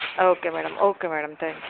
okay madam okay madam thank you